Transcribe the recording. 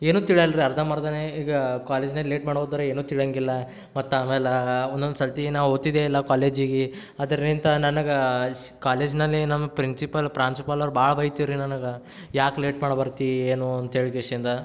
ಏನೂ ತಿಳ್ಯಲ್ಲ ರೀ ಅರ್ಧಂಬರ್ಧನೆ ಈಗ ಕಾಲೇಜ್ನಲ್ಲಿ ಲೇಟ್ ಮಾಡಿ ಹೋದ್ರೆ ಏನೂ ತಿಳ್ಯೋಂಗಿಲ್ಲ ಮತ್ತು ಆಮೇಲೆ ಒಂದೊಂದು ಸರ್ತಿ ನಾವು ಹೋತಿದ್ದೆ ಎಲ್ಲ ಕಾಲೇಜಿಗೆ ಅದರಿಂದ ನನಗೆ ಶ್ ಕಾಲೇಜ್ನಲ್ಲಿ ನಮ್ಮ ಪ್ರಿನ್ಸಿಪಾಲ್ ಪ್ರಾಂಶುಪಾಲರು ಭಾಳ ಬೈತಿದ್ರ್ ರೀ ನನಗೆ ಯಾಕೆ ಲೇಟ್ ಮಾಡಿ ಬರ್ತಿ ಏನು ಅಂತ ಹೇಳಿ ಕಿಶಿಂದ